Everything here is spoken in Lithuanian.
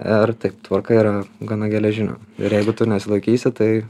ir taip tvarka yra gana geležinė ir jeigu tu nesilaikysi tai